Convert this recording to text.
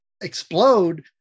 explode